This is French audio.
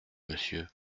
monsieur